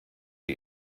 die